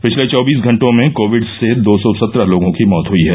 पिछले चौबीस घंटों में कोविड से दो सौ सत्रह लोगों की मौत हुई है